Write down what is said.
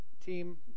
team